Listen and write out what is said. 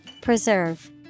Preserve